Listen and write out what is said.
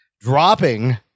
dropping